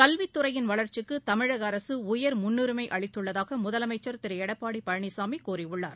கல்வித்துறையின் வளர்ச்சிக்குதமிழகஅரசுஉயர் முன்னுரிமைஅளித்துள்ளதாகமுதலமைச்சர் திருஎடப்பாடிபழனிசாமிகூறியுள்ளார்